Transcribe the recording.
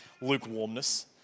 lukewarmness